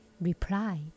replied